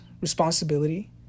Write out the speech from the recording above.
responsibility